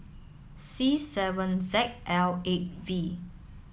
C seven Z L eight V